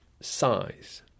size